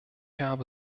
habe